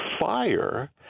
fire